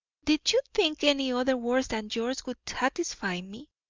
did you think any other words than yours would satisfy me,